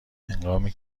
هنگامی